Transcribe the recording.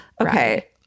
Okay